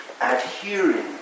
adhering